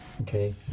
Okay